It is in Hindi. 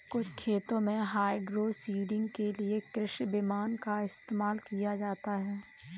कुछ खेतों में हाइड्रोसीडिंग के लिए कृषि विमान का इस्तेमाल किया जाता है